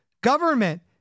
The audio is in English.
government